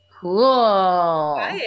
Cool